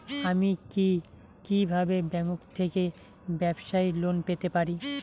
আমি কি কিভাবে ব্যাংক থেকে ব্যবসায়ী লোন পেতে পারি?